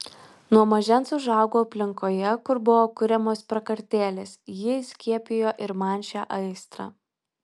nuo mažens užaugau aplinkoje kur buvo kuriamos prakartėlės ji įskiepijo ir man šią aistrą